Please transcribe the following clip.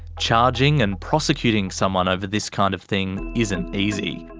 charging and prosecuting someone over this kind of thing isn't easy.